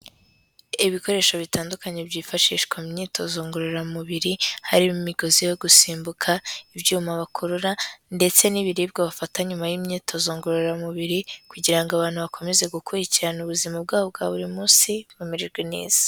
Ibikoresho bitandukanye byifashishwa mu imyitozo ngororamubiri, harimo imigozi yo gusimbuka, ibyuma bakurura, ndetse n'ibiribwa bafata nyuma y'imyitozo ngororamubiri, kugira ngo abantu bakomeze gukurikirana ubuzima bwabo bwa buri munsi, bamererwe neza.